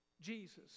Jesus